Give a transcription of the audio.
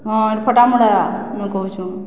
ହଁ ଏଇ ଫଟାମୁଡ଼ା ମୁଁ କହୁଛୁ